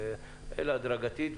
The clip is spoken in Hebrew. אלא הדרגתית.